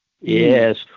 Yes